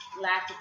lack